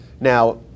Now